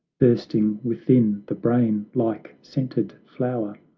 bursting within the brain like scented flower,